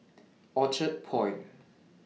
Orchard Point